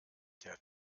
der